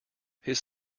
his